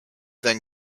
than